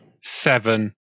Seven